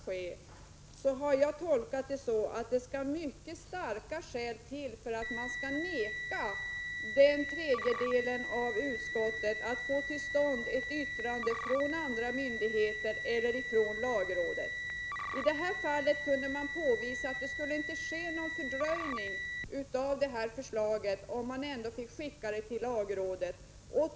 Jag har tolkat detta så att mycket starka skäl måste till för att man skall kunna neka den tredjedelen av ledamöterna att få till stånd ett yttrande från lagrådet eller från andra myndigheter. I detta fall kunde vi påvisa att en lagrådsremiss inte skulle medföra någon fördröjning av förslaget.